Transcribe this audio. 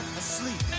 asleep